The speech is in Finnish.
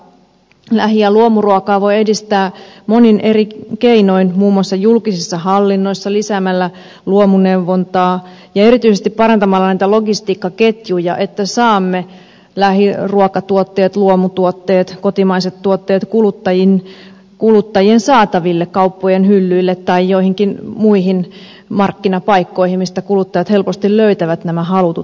lähi ja luomuruokaa voi edistää monin eri keinoin muun muassa julkisessa hallinnossa lisäämällä luomuneuvontaa ja erityisesti parantamalla logistiikkaketjuja että saamme lähiruokatuotteet luomutuotteet kotimaiset tuotteet kuluttajien saataville kauppojen hyllyille tai joihinkin muihin markkinapaikkoihin joista kuluttajat helposti löytävät nämä halutut tuotteet